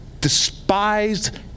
despised